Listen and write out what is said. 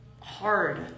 hard